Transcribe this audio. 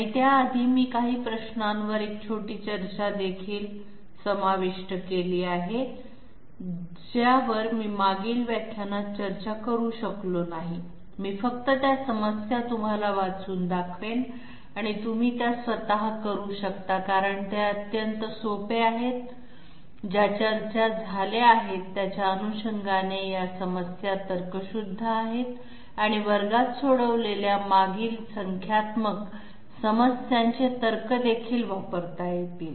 आणि त्याआधी मी काही प्रश्नांवर एक छोटी चर्चा देखील समाविष्ट केली आहे ज्यावर मी मागील व्याख्यानात चर्चा करू शकलो नाही मी फक्त त्या समस्या तुम्हाला वाचून दाखवेन आणि तुम्ही त्या स्वतः करू शकता कारण ते अत्यंत सोपे आहेत ज्या चर्चा झाल्या आहेत त्याच्या अनुषंगाने या समस्या तर्कशुद्ध आहेत आणि वर्गात सोडवलेल्या मागील संख्यात्मक समस्यांचे तर्क देखील वापरता येतील